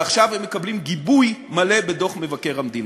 ועכשיו הם מקבלים גיבוי מלא בדוח מבקר המדינה.